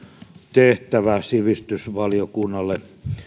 tehtävä sivistysvaliokunnalle